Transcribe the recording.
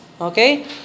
Okay